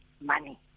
money